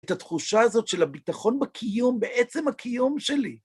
את התחושה הזאת של הביטחון בקיום, בעצם הקיום שלי.